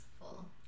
full